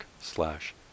slash